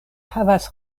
havas